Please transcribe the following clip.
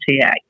TA